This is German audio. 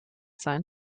sein